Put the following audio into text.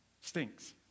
stinks